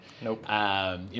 Nope